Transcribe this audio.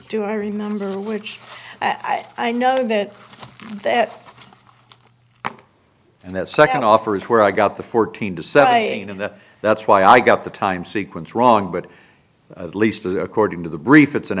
do i remember which i know that that and that second offer is where i got the fourteen to say and that's why i got the time sequence wrong but at least as according to the brief it's an